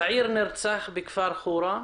צעיר נרצח בכפר ח'ורה.